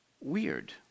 weird